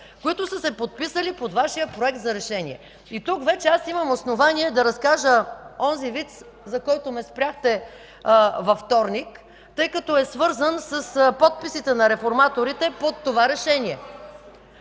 които са се подписали под Вашия Проект за решение. Тук вече аз имам основание да разкажа онзи виц, за който ме спряхте във вторник, тъй като е свързан с подписите на реформаторите под това решение.